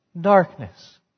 darkness